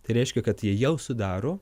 reiškia kad jie jau sudaro